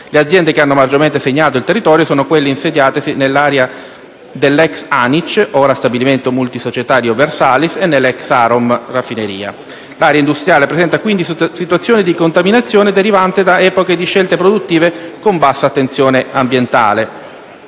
Le aziende che hanno maggiormente segnato il territorio sono quelle insediatesi nell'area dell'ex ANIC (ora Stabilimento multisocietario Versalis) e l'ex raffineria Sarom. L'area industriale presenta, quindi, situazioni di contaminazione derivante da epoche di scelte produttive con bassa attenzione ambientale.